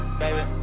baby